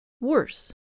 worse